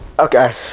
Okay